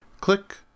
Click